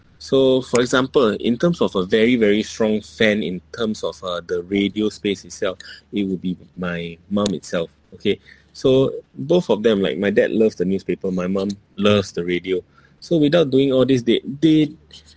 so for example in terms of a very very strong fan in terms of uh the radio space itself it will be my mom itself okay so both of them like my dad love the newspaper my mum loves the radio so without doing all these they they